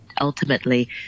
ultimately